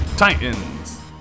Titans